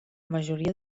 majoria